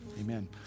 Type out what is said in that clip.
Amen